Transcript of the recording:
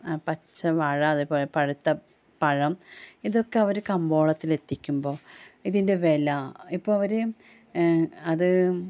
പച്ചവാഴ അതേപോലെ പഴുത്ത പഴം ഇതൊക്കെ അവർ കമ്പോളത്തിൽ എത്തിക്കുമ്പോൾ ഇതിൻ്റെ വില ഇപ്പോൾ അവർ അത്